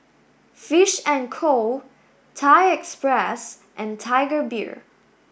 fish and Co Thai Express and Tiger Beer